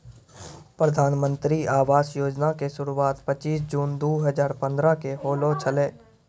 प्रधानमन्त्री आवास योजना के शुरुआत पचीश जून दु हजार पंद्रह के होलो छलै